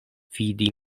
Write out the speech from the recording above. fidi